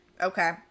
Okay